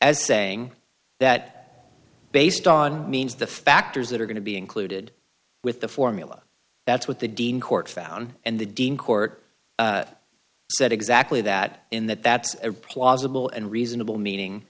as saying that based on means the factors that are going to be included with the formula that's what the dean court found and the dean court said exactly that in that that's a plausible and reasonable meaning